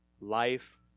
life